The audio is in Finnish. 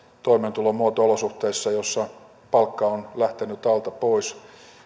toimeentulomuoto olosuhteissa joissa palkka on lähtenyt alta pois